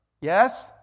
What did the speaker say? Yes